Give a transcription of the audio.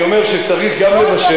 אני אומר שצריך גם לבשל.